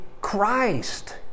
Christ